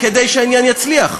כדי שהעניין יצליח,